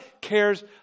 cares